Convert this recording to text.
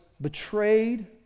betrayed